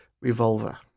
Revolver